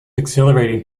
exhilarating